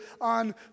on